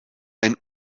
ein